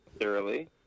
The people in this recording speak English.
thoroughly